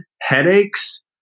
headaches